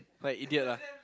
quite an idiot lah